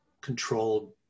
controlled